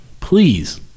please